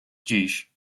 dziś